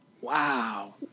Wow